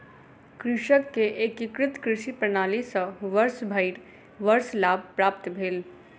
कृषक के एकीकृत कृषि प्रणाली सॅ वर्षभरि वर्ष लाभ प्राप्त भेल